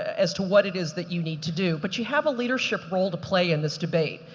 as to what it is that you need to do. but you have a leadership role to play in this debate.